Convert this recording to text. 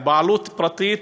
היא בעלות פרטית,